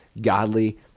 godly